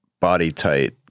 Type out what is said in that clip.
body-tight